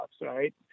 right